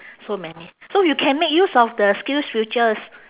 so many so you can make use of the skills futures